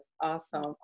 awesome